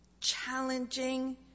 challenging